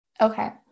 Okay